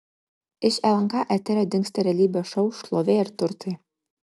iš lnk eterio dingsta realybės šou šlovė ir turtai